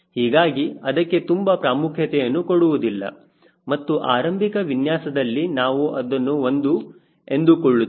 ಹೀಗಾಗಿ ಅದಕ್ಕೆ ತುಂಬಾ ಪ್ರಾಮುಖ್ಯತೆಯನ್ನು ಕೊಡುವುದಿಲ್ಲ ಮತ್ತು ಆರಂಭಿಕ ವಿನ್ಯಾಸದಲ್ಲಿ ನಾವು ಇದನ್ನು ಒಂದು ಎಂದುಕೊಳ್ಳುತ್ತೇವೆ